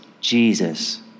Jesus